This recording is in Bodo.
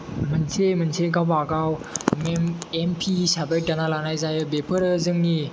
मोनसे मोनसे गावबा गाव मेम एमपि हिसाबै दाना लानाय जायो बेफोरो जोंनि